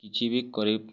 କିଛି ବି କରି